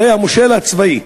הרי המושל הצבאי,